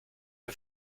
vas